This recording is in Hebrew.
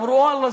אמרו: ואללה,